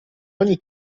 ogni